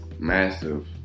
Massive